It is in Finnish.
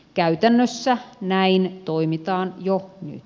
käytännössä näin toimitaan jo nyt